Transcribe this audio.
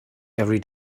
every